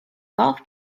golf